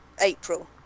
April